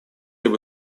его